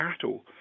cattle